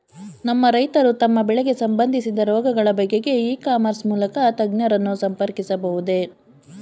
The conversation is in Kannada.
ನಮ್ಮ ರೈತರು ತಮ್ಮ ಬೆಳೆಗೆ ಸಂಬಂದಿಸಿದ ರೋಗಗಳ ಬಗೆಗೆ ಇ ಕಾಮರ್ಸ್ ಮೂಲಕ ತಜ್ಞರನ್ನು ಸಂಪರ್ಕಿಸಬಹುದೇ?